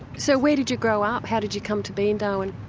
so where did you grow up, how did you come to be in darwin?